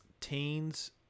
teens